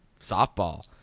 softball